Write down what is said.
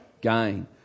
gain